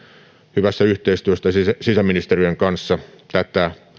hyvässä yhteistyössä sisäministeriön kanssa tätä